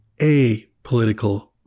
apolitical